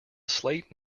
slate